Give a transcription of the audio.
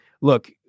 look-